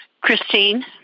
Christine